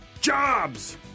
Jobs